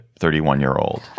31-year-old